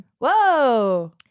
Whoa